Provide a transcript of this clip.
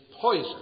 poison